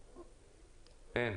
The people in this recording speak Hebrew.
אין.